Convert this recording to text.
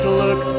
look